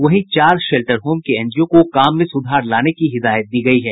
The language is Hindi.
वहीं चार शेल्टर होम के एनजीओ को काम में सुधार लाने की हिदायत दी गयी है